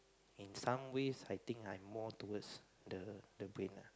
in some ways I think I'm more towards the the brain uh